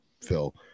Phil